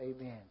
Amen